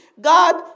God